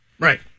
Right